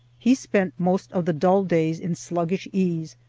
he spent most of the dull days in sluggish ease,